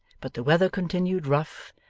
but the weather continued rough,